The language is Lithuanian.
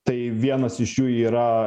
tai vienas iš jų yra